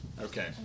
Okay